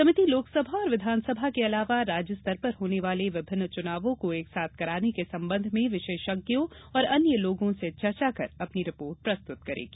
समिति लोकसभा और विधानसभा के अलावा राज्य स्तर पर होने वाले विभिन्न चुनावों को एकसाथ कराने के संबंध में विशेषज्ञों और अन्य लोगों से चर्चा कर अपनी रिपोर्ट प्रस्तुत करेगी